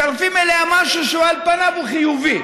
מצרפים אליה משהו שהוא על פניו חיובי.